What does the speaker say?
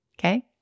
Okay